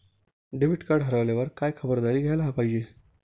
Debit card हरवल्यावर काय खबरदारी घ्यायला पाहिजे?